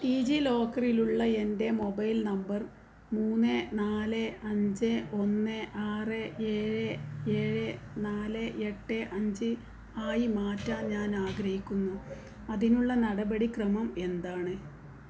D ജി ലോക്കറിലുള്ള എൻ്റെ മൊബൈൽ നമ്പർ മൂന്ന് നാല് അഞ്ച് ഒന്ന് ആറ് ഏഴ് ഏഴ് നാല് എട്ട് അഞ്ച് ആയി മാറ്റാൻ ഞാൻ ആഗ്രഹിക്കുന്നു അതിനുള്ള നടപടിക്രമം എന്താണ്